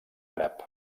àrab